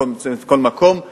בכל מקום,